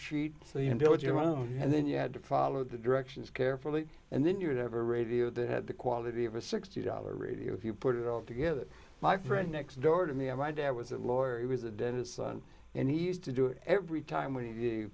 can build your own and then you had to follow the directions carefully and then you'd ever radio that had the quality of a sixty dollars radio if you put it all together my friend next door to me and my dad was a lawyer he was a dentist son and he used to do it every time w